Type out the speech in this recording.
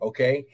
Okay